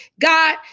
God